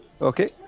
Okay